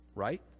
right